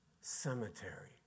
cemetery